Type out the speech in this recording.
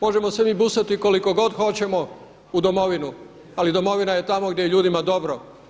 Možemo se mi busati koliko god hoćemo u domovinu ali domovina je tamo gdje je ljudima dobro.